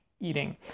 eating